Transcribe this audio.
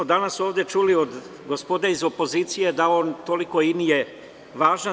Danas smo ovde čuli od gospode iz opozicije da on tolik i nije važan.